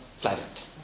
planet